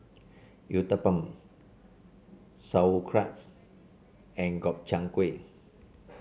Uthapam Sauerkraut and Gobchang Gui